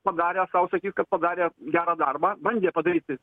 padarę sau sakys kad padarė gerą darbą bandė padaryti